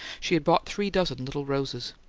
she had bought three dozen little roses.